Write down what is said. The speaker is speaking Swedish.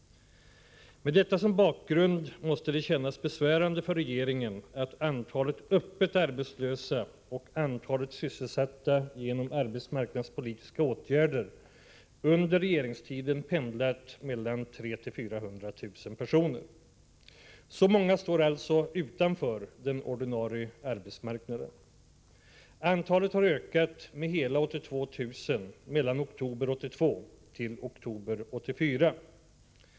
Med detta som bakgrund måste det kännas besvärande för regeringen att antalet öppet arbetslösa och antalet sysselsatta genom arbetsmarknadspolitiska åtgärder under regeringstiden har pendlat mellan 300 000 och 400 000 personer. Så många står alltså utanför den ordinarie arbetsmarknaden. Antalet har ökat med 82 000 mellan oktober 1982 och oktober 1984.